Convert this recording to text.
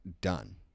done